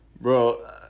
bro